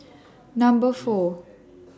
Number four